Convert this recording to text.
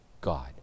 God